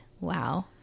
wow